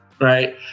right